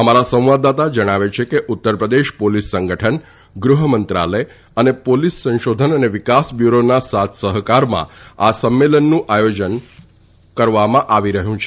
અમારા સંવાદદાતા જણાવે છે કે ઉત્તર પ્રદેશ પોલીસ સંગઠન ગૃહમંત્રાલય અને પોલીસ સંશોધન અને વિકાસ બ્યુરોના સાથસહકારમાં આ સંમેલનનું આથોજન કરી રહ્યું છે